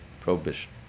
prohibition